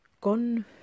gone